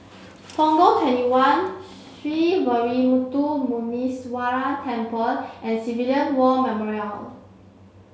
Punggol twenty one Sree Veeramuthu Muneeswaran Temple and Civilian War Memorial